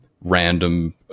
random